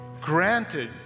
granted